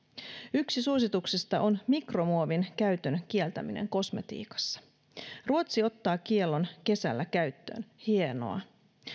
yksi suosituksista on mikromuovin käytön kieltäminen kosmetiikassa ruotsi ottaa kiellon kesällä käyttöön hienoa